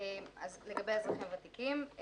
לגבי אזרחים ותיקים.